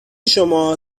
شما